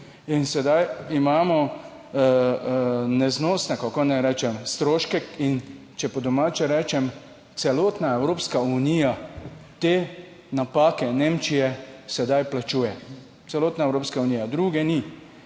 in sedaj imamo neznosne, kako naj rečem, stroške in če po domače rečem, celotna Evropska unija te napake Nemčije sedaj plačuje celotna Evropska unija, druge ni.